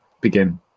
begin